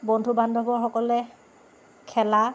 বন্ধু বান্ধৱসকলে খেলা